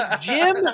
Jim